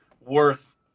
worth